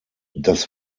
das